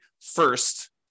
first